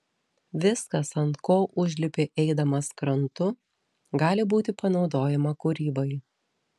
viskas ant ko užlipi eidamas krantu gali būti panaudojama kūrybai